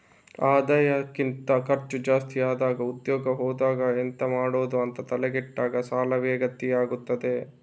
ಆದಾಯಕ್ಕಿಂತ ಖರ್ಚು ಜಾಸ್ತಿ ಆದಾಗ ಉದ್ಯೋಗ ಹೋದಾಗ ಎಂತ ಮಾಡುದು ಅಂತ ತಲೆ ಕೆಟ್ಟಾಗ ಸಾಲವೇ ಗತಿ ಆಗ್ತದೆ